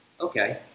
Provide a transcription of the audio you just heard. Okay